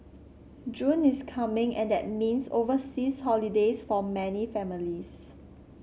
June is coming and that means overseas holidays for many families